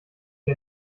die